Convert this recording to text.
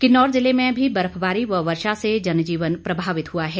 किन्नौर जिले में भी बर्फबारी व वर्षा से जनजीवन प्रभावित हुआ है